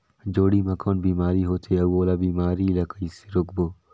जोणी मा कौन बीमारी होथे अउ ओला बीमारी ला कइसे रोकबो?